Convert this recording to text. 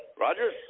Roger